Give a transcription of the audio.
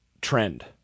trend